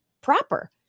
proper